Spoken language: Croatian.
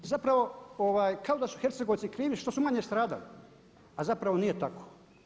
Zapravo kao da su Hercegovci krivi što su manje stradali, a zapravo nije tako.